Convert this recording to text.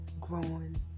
growing